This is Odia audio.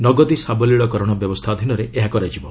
ନଗଦୀ ସାବଲୀଳକରଣ ବ୍ୟବସ୍ଥା ଅଧୀନରେ ଏହା କରାଯିବ